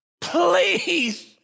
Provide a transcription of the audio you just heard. please